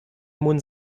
mund